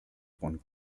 con